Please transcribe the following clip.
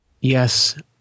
yes